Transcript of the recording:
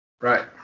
Right